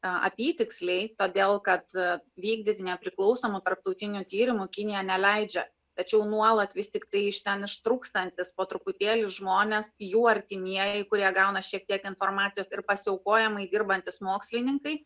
apytiksliai todėl kad vykdyti nepriklausomų tarptautinių tyrimų kinija neleidžia tačiau nuolat vis tiktai iš ten ištrūkstantys po truputėlį žmonės jų artimieji kurie gauna šiek tiek informacijos ir pasiaukojamai dirbantys mokslininkai